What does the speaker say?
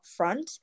upfront